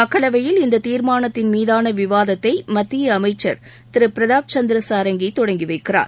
மக்களவையில் இந்த தீர்மானத்தின் மீதான விவாதத்தை மத்திய அமைச்சர் திரு பிரதாப் சந்திர ஷடாங்கி தொடங்கிவைக்கிறார்